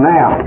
Now